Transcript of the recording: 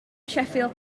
sheffield